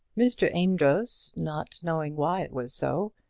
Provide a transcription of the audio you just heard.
mr. amedroz, not knowing why it was so,